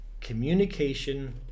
communication